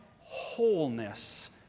wholeness